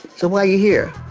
so why you here?